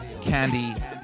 candy